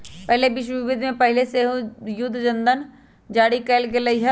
पहिल विश्वयुद्ध से पहिले सेहो जुद्ध बंधन जारी कयल गेल हइ